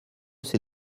ses